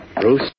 Bruce